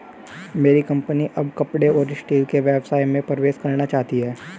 मेरी कंपनी अब कपड़े और स्टील के व्यवसाय में प्रवेश करना चाहती है